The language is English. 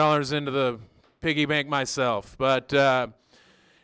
dollars into the piggy bank myself but i